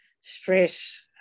stress